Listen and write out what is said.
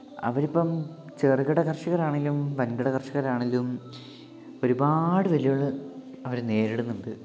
അവരിപ്പം ചെറുകിട കർഷകരാണെങ്കിലും വൻകിട കർഷകരാണെങ്കിലും ഒരുപാടു വെല്ലുവിളികൾ അവര് നേരിടുന്നുണ്ട്